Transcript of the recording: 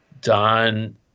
Don